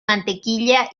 mantequilla